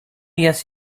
yes